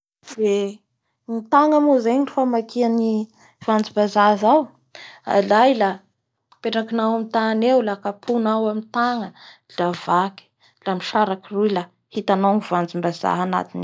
Eee ny tagna moa zay ny famakia ny voanjom-bazaha zao alay a apetrakinao tany eo la kaponao amin'ny tagna la vaky la misaradroy la hitanao ny voanjobazaha anatiny ao.